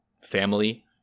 family